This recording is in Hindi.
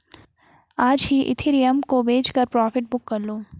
आज ही इथिरियम को बेचकर प्रॉफिट बुक कर लो